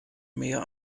mehr